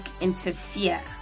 interfere